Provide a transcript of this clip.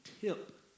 tip